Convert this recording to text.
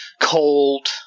cold